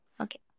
Okay